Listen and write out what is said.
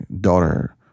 daughter